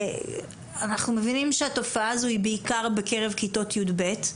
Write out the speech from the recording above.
ואנחנו מבינים שהתופעה הזו הוא בעיקר בקרב כיתות י"ב,